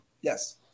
Yes